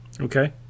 Okay